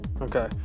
Okay